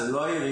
זה לא העיריה.